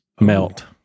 Melt